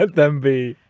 ah them. be